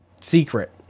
secret